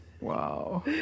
Wow